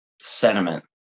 sentiment